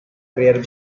prayer